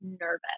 nervous